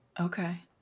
Okay